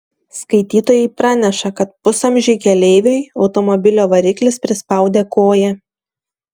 skaitytojai praneša kad pusamžiui keleiviui automobilio variklis prispaudė koją